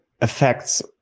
affects